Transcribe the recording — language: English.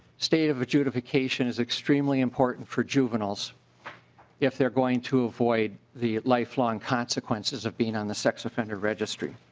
stays of adjudication is extremely important for juveniles if they're going to avoid the lifelong consequences of being on the sex offender registry.